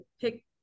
pick